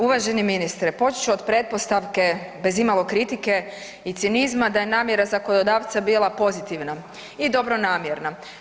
Uvaženi ministre, počet ću od pretpostavke bez imalo kritike i cinizma da je namjera zakonodavca bila pozitivna i dobronamjerna.